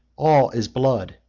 all is blood,